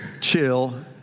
chill